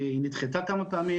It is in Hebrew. היא נדחתה כמה פעמים,